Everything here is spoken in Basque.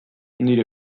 nire